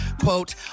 quote